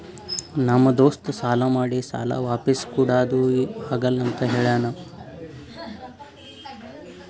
ನಮ್ ದೋಸ್ತ ಸಾಲಾ ಮಾಡಿ ಸಾಲಾ ವಾಪಿಸ್ ಕುಡಾದು ಆಗಲ್ಲ ಅಂತ ಹೇಳ್ಯಾನ್